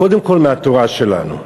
קודם כול מהתורה שלנו.